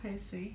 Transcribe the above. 大水